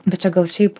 bet čia gal šiaip